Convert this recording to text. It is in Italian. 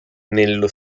nello